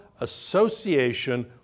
association